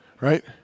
Right